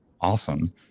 awesome